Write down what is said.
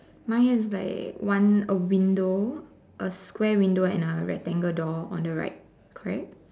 mine has like one a window a square window and a rectangle door on the right correct